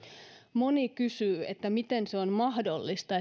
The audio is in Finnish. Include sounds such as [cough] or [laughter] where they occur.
moni kysyy että miten se on mahdollista [unintelligible]